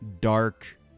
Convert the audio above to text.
dark